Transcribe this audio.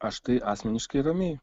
aš tai asmeniškai ramiai